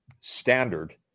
standard